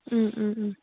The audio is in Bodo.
उम उम उम